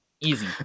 easy